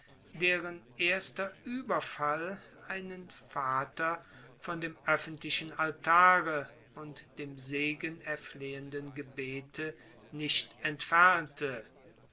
deren erster ueberfall einen vater von dem öffentlichem altare und dem segen erflehenden gebete nicht entfernte